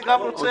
בוא ניכנס לזה.